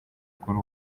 kuri